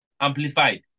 Amplified